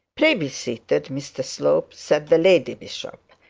pray be seated, mr slope said the lady bishop.